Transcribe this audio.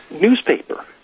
newspaper